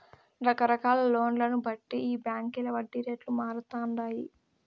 రకరకాల లోన్లను బట్టి ఈ బాంకీల వడ్డీ రేట్లు మారతండాయి